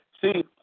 See